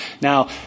Now